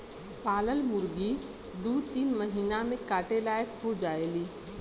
पालल मुरगी दू तीन महिना में काटे लायक हो जायेली